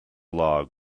log